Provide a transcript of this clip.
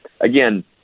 again